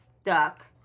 stuck